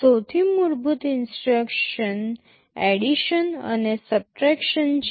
સૌથી મૂળભૂત instructions addition અને સબટ્રેકશન છે